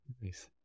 Nice